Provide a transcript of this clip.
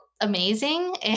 amazing